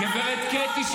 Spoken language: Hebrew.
למה לא?